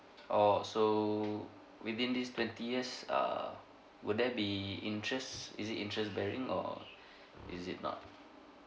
oh so within these twenty years err would there be interest is it interest bearing or is it not